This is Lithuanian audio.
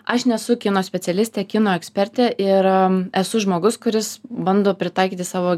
aš nesu kino specialistė kino ekspertė ir esu žmogus kuris bando pritaikyti savo